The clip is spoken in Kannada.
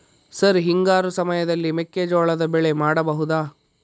ಸರ್ ಹಿಂಗಾರು ಸಮಯದಲ್ಲಿ ಮೆಕ್ಕೆಜೋಳದ ಬೆಳೆ ಮಾಡಬಹುದಾ?